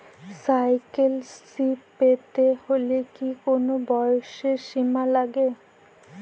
Cycle Shri পেতে হলে কি কোনো বয়সের সীমা আছে?